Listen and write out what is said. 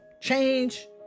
change